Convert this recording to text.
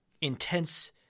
intense